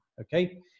Okay